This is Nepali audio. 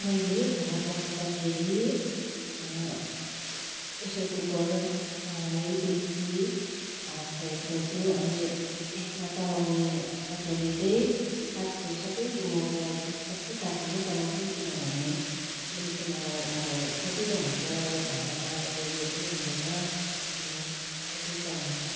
मैले खाना पकाउँदाखेरि प्रेसर कुकर कराही डेक्ची प्रयोग गर्छु अनि यसमा चलाउने कटलरी चाहिँ काठको सबै मो प्रायः जस्तो सबै काठको नै चलाउँछु किनभने त्यसले चाहिँ मलाई अब सजिलो हुन्छ र भाँडामा त्यो उयो पनि हुँदैन अनि सबै त्यही चलाउँछु